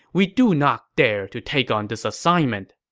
we do not dare to take on this assignment.